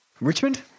Richmond